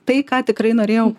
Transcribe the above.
tai ką tikrai norėjau